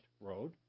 road